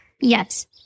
Yes